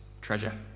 treasure